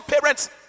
parents